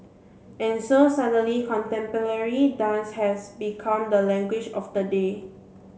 and so suddenly contemporary dance has become the language of the day